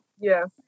Yes